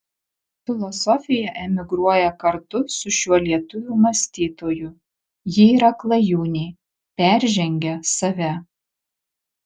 filosofija emigruoja kartu su šiuo lietuvių mąstytoju ji yra klajūnė peržengia save